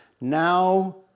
Now